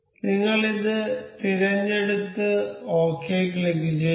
നിങ്ങൾ ഇത് തിരഞ്ഞെടുത്ത് ഒകെ ക്ലിക്കുചെയ്യുക